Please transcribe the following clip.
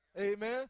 Amen